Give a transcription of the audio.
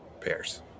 pairs